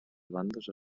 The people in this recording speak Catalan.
bandes